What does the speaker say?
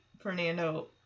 Fernando